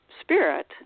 spirit